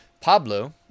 pablo